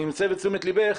אני מסב את תשומת לבך,